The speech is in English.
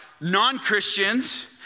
non-Christians